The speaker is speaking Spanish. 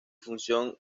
función